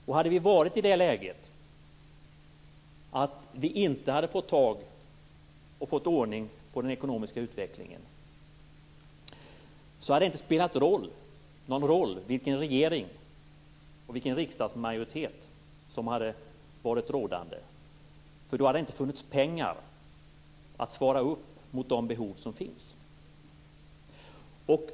Om vi inte hade fått ordning på den ekonomiska utvecklingen skulle det inte ha spelat någon roll vilken regering och vilken riksdagsmajoritet som var rådande. Då hade det nämligen inte funnits några pengar motsvarande behoven.